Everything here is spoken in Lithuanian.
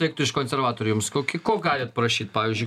reiktų iš konservatorių jums kokį ko galit prašyt pavyzdžiui